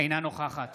אינה נוכחת